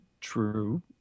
True